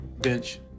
bench